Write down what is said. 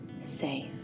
safe